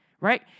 right